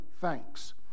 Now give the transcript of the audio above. thanks